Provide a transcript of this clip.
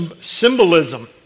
symbolism